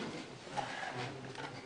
בסדר.